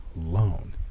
alone